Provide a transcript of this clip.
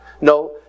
No